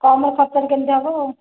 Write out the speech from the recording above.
କମ ଖର୍ଚ୍ଚ ରେ କେମିତି ହେବ